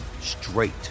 straight